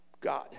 God